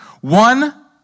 One